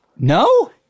No